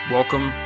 Welcome